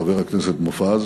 חבר הכנסת מופז